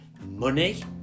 money